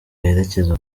yerekeza